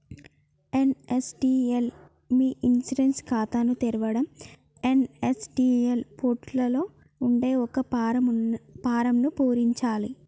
NSDL మీ e insurance ఖాతాని తెరవడం ఎన్.ఎస్.డి.ఎల్ పోర్టల్ లో ఉండే ఒక ఫారమ్ను పూరించాలే